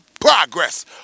progress